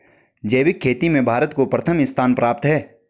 जैविक खेती में भारत को प्रथम स्थान प्राप्त है